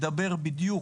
מדבר בדיוק,